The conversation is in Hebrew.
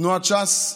תנועת ש"ס,